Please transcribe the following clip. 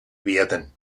werden